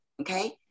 Okay